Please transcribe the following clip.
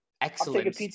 Excellent